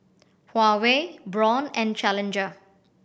Huawei Braun and Challenger